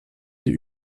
sie